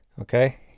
Okay